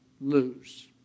lose